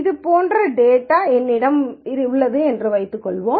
இது போன்ற டேட்டா என்னிடம் உள்ளது என்று வைத்துக்கொள்வோம்